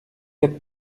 quatre